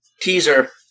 teaser